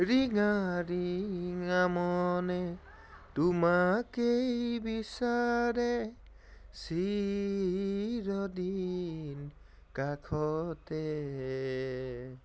ৰিঙা ৰিঙা মনে তোমাকেই বিচাৰে চিৰদিন কাষতে